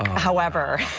however,